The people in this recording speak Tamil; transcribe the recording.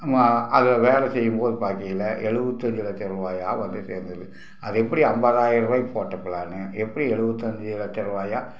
ஆமாம் அது வேலை செய்யும் போது பார்க்கையில எழுவதஞ்சு லட்ச ரூபாயா வந்து சேர்ந்துருது அது எப்படி ஐம்பதாயிரூவாய்க்கு போட்ட ப்ளான்னு எப்படி எழுவதஞ்சு லட்ச ரூபாயா